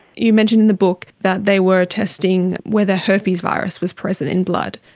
you mentioned in the book that they were testing whether herpes virus was present in blood.